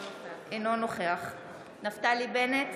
אינו נוכח נפתלי בנט,